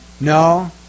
No